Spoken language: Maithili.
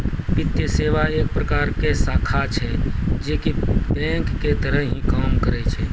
वित्तीये सेवा एक प्रकार के शाखा छै जे की बेंक के तरह ही काम करै छै